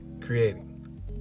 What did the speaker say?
creating